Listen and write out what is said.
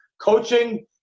coaching